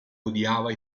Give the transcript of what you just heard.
odiava